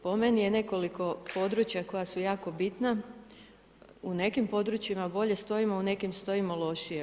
Po meni je nekoliko područja koja su jako bitna, u nekim područjima bolje stojimo, u nekim stojimo lošije.